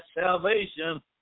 salvation